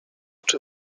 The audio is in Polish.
czy